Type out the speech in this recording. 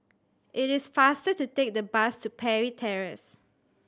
it is faster to take the bus to Parry Terrace